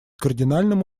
кардинальным